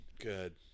Good